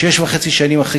שש וחצי שנים אחרי